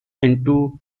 into